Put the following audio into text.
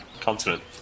continent